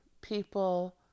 people